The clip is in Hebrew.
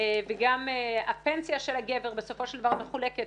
וגם הפנסיה של הגבר בסופו של דבר מחולקת